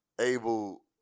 able